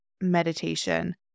meditation